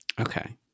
Okay